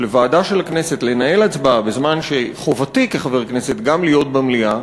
לוועדה של הכנסת לנהל הצבעה בזמן שחובתי כחבר כנסת גם להיות במליאה,